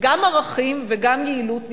גם ערכים וגם יעילות נפגשים.